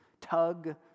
tug